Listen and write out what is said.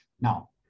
Now